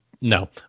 No